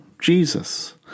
Jesus